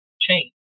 change